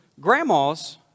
grandmas